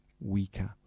weaker